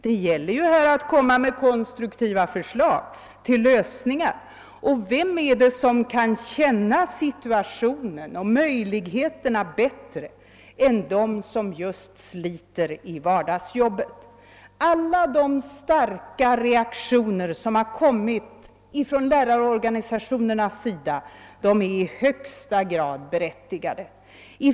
Det gäller ju att framlägga konstruktiva förslag till lösningar. Och vilka kan känna situationen och möjligheterna bättre än de som just sliter i vardagsjobbet? Alla de starka reaktioner som kommit från lärarorganisationerna är i högsta grad berättigade.